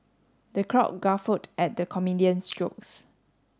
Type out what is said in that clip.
the crowd guffawed at the comedian's jokes